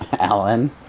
Alan